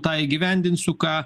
tą įgyvendinsiu ką